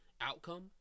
outcome